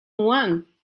one